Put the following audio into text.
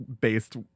based